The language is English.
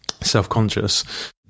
self-conscious